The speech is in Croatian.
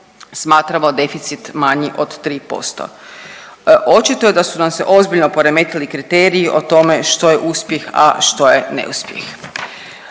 smatramo deficit manji od 3%. Očito je da su nam se ozbiljno poremetili kriteriji o tome što je uspjeh, a što je neuspjeh.